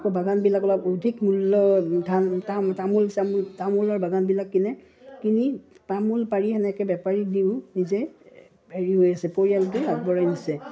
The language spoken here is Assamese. আকৌ বাগানবিলাক অলপ অধিক মূল্য ধান তামোল চামোল তামোলৰ বাগানবিলাক কিনে কিনি তামোল পাৰি সেনেকৈ বেপাৰীক দিও নিজে হেৰি হৈ আছে পৰিয়ালটো আগবঢ়াই নিছে